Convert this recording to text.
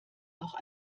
auch